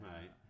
Right